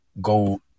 go